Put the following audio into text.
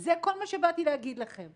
זה כל מה שבאתי להגיד לכם.